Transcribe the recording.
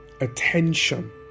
attention